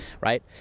right